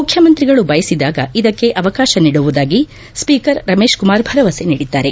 ಮುಖ್ಯಮಂತ್ರಿಗಳು ಬಯಸಿದಾಗ ಇದಕ್ಕೆ ಅವಕಾಶ ನೀಡುವುದಾಗಿ ಸ್ಪೀಕರ್ ರಮೇಶ್ ಕುಮಾರ್ ಭರವಸೆ ನೀಡಿದ್ದಾರೆ